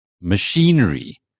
machinery